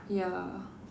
ya